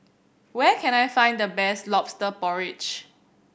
where can I find the best Lobster Porridge